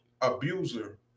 abuser